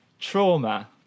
trauma